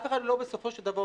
אף אחד לא אומר בסופו של דבר: